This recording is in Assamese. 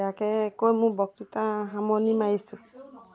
তাকে কৈ মোৰ বক্তৃতা সামৰণি মাৰিছোঁ